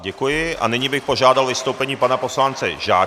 Děkuji a nyní bych požádal o vystoupení pana poslance Žáčka.